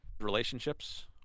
relationships